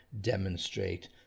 demonstrate